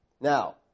Now